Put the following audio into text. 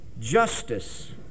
justice